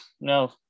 no